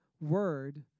word